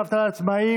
דמי אבטלה לעצמאים),